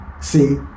See